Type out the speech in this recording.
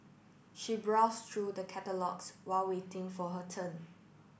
she browsed through the catalogues while waiting for her turn